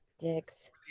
Dicks